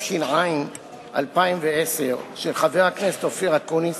התש"ע 2010, של חבר הכנסת אופיר אקוניס,